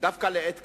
דווקא לעת הזאת,